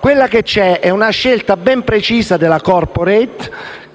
Quella che c'è è, invece, una scelta ben precisa della *corporate*,